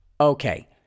Okay